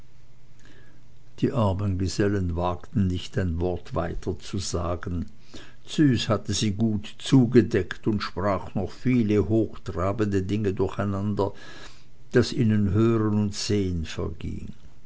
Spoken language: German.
die armen gesellen wagten nicht ein wort weiter zu sagen züs hatte sie gut zugedeckt und sprach noch viele hochtrabende dinge durcheinander daß ihnen hören und sehen verging